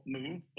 move